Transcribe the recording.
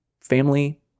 family